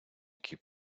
якій